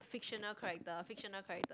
fictional character fictional character